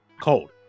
cold